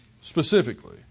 specifically